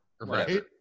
Right